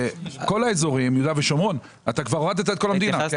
יהודה ושומרון - הורדת את כל המדינה.